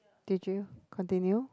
did you continue